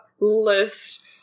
list